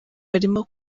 barimo